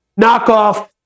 knockoff